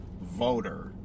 voter